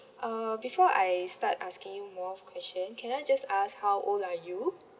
uh before I start asking you more question can I just ask how old are you